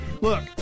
Look